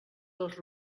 els